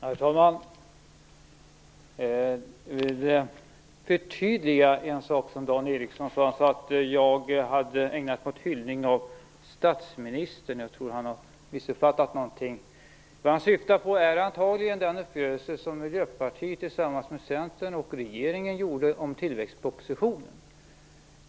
Herr talman! Jag vill förtydliga en sak som Dan Ericsson sade. Han sade nämligen att jag hade ägnat mig åt en hyllning av statsministern. Jag tror att han missuppfattat något där. Antagligen syftar han på den uppgörelse som Miljöpartiet tillsammans med Centern och regeringen träffade om tillväxtpropositionen.